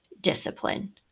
discipline